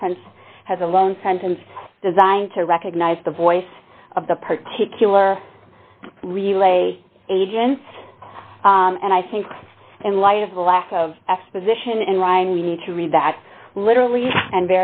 reference has a lone sentence designed to recognize the voice of the particular relay agents and i think in light of the lack of exposition in line we need to read that literally and